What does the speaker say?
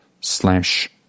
slash